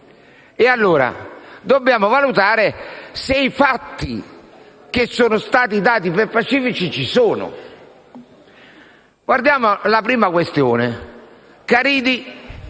allora, valutare se i fatti che sono stati dati per pacifici ci sono. Guardiamo alla prima questione. Caridi